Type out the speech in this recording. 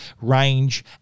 range